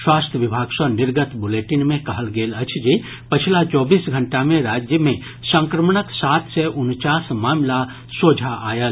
स्वास्थ्य विभाग सॅ निर्गत बुलेटिन मे कहल गेल अछि जे पछिला चौबीस घंटा मे राज्य मे संक्रमणक सात सय उनचास मामिला सोझा आयल